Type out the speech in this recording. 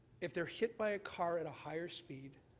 if they're hit by a car at a higher speed,